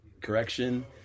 correction